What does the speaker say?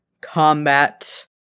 combat